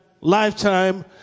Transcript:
lifetime